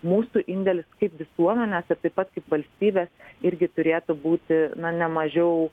mūsų indėlis kaip visuomenės ir taip pat kaip valstybės irgi turėtų būti nemažiau